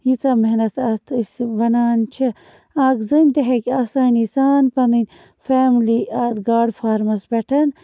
ییٖژاہ محنت اَتھ أسۍ وَنان چھِ اَکھ زٔنۍ تہِ ہیٚکہِ آسٲنی سان پَنٕنۍ فیملی اَتھ گاڈٕ فارمَس پٮ۪ٹھ